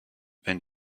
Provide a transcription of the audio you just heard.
wenn